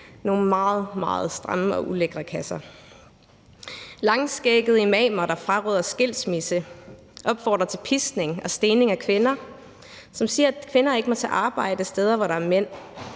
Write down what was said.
meget, meget snævre og ulækre kasser. Det er langskæggede imaner, der fraråder skilsmisse, som opfordrer til piskning og stening af kvinder, og som siger, at kvinder ikke må tage arbejde steder, hvor der er mænd.